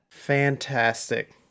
Fantastic